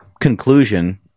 conclusion